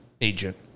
agent